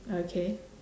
okay